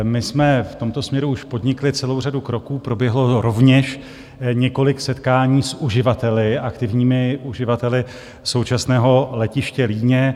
My jsme v tomto směru už podnikli celou řadu kroků, proběhlo rovněž několik setkání s uživateli, aktivními uživateli současného letiště Líně.